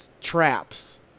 traps